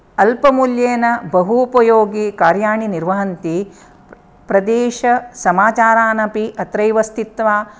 अल्पमूल्येन बहूपयोगि कार्याणि निर्वहन्ति प्रदेशसमाचारान् अपि अत्रैव स्थित्वा